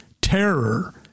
terror